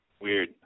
weird